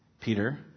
Peter